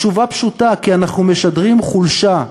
התשובה פשוטה: כי אנחנו משדרים חולשה.